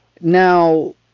now